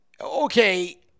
okay